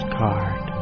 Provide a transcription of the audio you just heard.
card